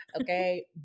okay